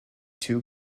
two